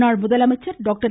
முன்னாள் முதலமைச்சர் டாக்டர்